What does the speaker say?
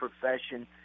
profession